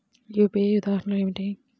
UPI ఉదాహరణ ఏమిటి?